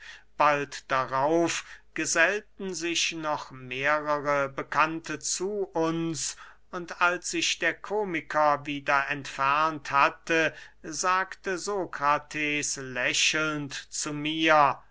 bald darauf gesellten sich noch mehrere bekannte zu uns und als sich der komiker wieder entfernt hatte sagte sokrates lächelnd zu mir